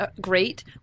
great